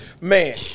Man